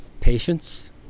Patience